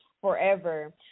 forever